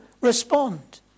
respond